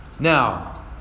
Now